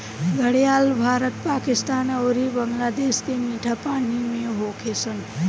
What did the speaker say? घड़ियाल भारत, पाकिस्तान अउरी बांग्लादेश के मीठा पानी में होले सन